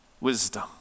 wisdom